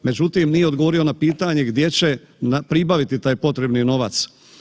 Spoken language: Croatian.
Međutim, nije odgovorio na pitanje gdje će pribaviti taj potrebni novac.